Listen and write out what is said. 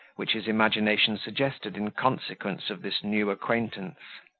which his imagination suggested in consequence of this new acquaintance.